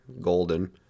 golden